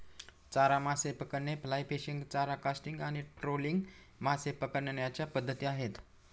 चारा मासे पकडणे, फ्लाय फिशिंग, चारा कास्टिंग आणि ट्रोलिंग मासे पकडण्याच्या पद्धती आहेत